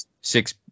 six